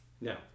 Now